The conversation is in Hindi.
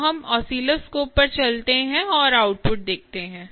तो हम आस्सीलस्कोप पर चलते हैं और आउटपुट देखते हैं